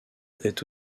est